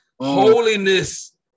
Holiness